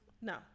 No